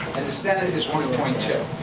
and the senate and is one point two.